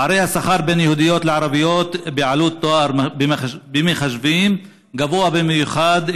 פערי השכר בין יהודיות לערביות בעלות תואר במחשבים גבוה במיוחד,